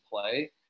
play